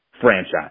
franchise